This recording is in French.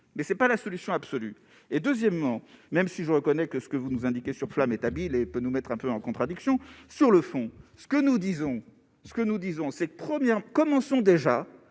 mais c'est pas la solution absolue et deuxièmement, même si je reconnais que ce que vous nous indiquez sur flamme établi les peut nous mettre un peu en contradiction sur le fond, ce que nous disons ce que nous disons c'est : premières commençons déjà